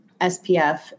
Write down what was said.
SPF